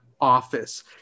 office